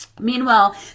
Meanwhile